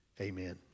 amen